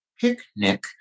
picnic